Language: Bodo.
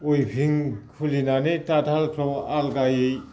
विभिं खुलिनानै दाथालफ्राव आलादायै